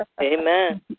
Amen